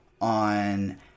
on